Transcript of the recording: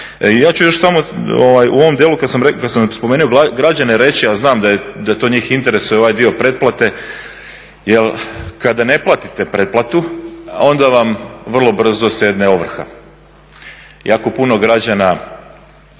Ja ću još samo u ovom dijelu kada sam spomenuo građane reći a znam da to njih interesira ovaj dio pretplate, jer kada ne platite pretplatu onda vam vrlo brzo sjedne ovrha. Jako puno građana